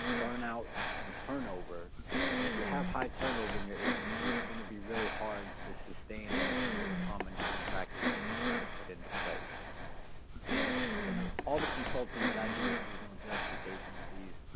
burnout and turnover and if you have high turnover in your agency it's gonna be really hard to sustain any kind of trauma-informed practices you're trying to put into place and in ah all the consulting that i do with juvenile justice agencies,